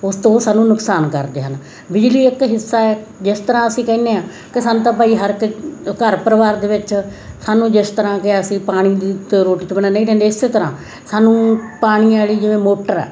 ਉਸ ਤੋਂ ਸਾਨੂੰ ਨੁਕਸਾਨ ਕਰਦੇ ਹਨ ਬਿਜਲੀ ਇੱਕ ਹਿੱਸਾ ਹੈ ਜਿਸ ਤਰ੍ਹਾਂ ਅਸੀਂ ਕਹਿੰਦੇ ਹਾਂ ਕਿ ਸਾਨੂੰ ਤਾਂ ਭਾਈ ਹਰ ਇੱਕ ਘਰ ਪਰਿਵਾਰ ਦੇ ਵਿੱਚ ਸਾਨੂੰ ਜਿਸ ਤਰ੍ਹਾਂ ਕਿ ਅਸੀਂ ਪਾਣੀ ਦੀ ਰੋਟੀ ਤੋਂ ਬਿਨਾਂ ਨਹੀਂ ਰਹਿੰਦੇ ਇਸ ਤਰ੍ਹਾਂ ਸਾਨੂੰ ਪਾਣੀ ਵਾਲੀ ਜਿਵੇਂ ਮੋਟਰ ਆ